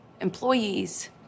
employees